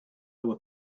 were